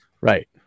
right